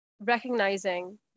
recognizing